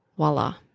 Voila